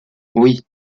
oui